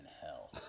hell